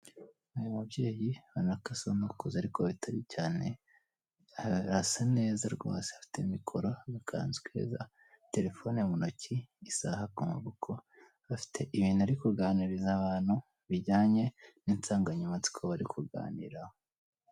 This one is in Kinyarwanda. Umubyeyi ubona ko asa n'ukuze ariko bitari cyane arasa neza rwose afite mikoro agakanzu keza, terefone mu ntoki, isaaha ku maboko afite ibintu ari kuganiriza abantu bijyanye n'insanganyamatsiko bari kuganiraho.